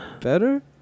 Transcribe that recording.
better